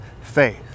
faith